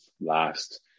last